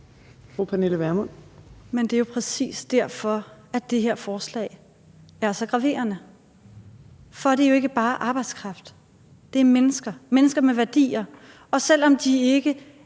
det er præcis derfor, at det her forslag er så forvirrende. Så er det jo ikke bare arbejdskraft. Det er mennesker. Mennesker med værdier , og selv om de ikke